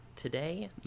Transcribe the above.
today